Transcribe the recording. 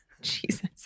Jesus